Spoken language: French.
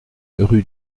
rue